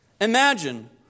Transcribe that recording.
Imagine